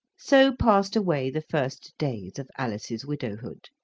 so passed away the first days of alice's widowhood.